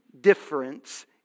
difference